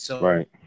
Right